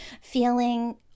feeling